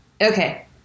okay